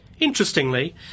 Interestingly